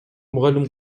мугалим